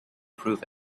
prove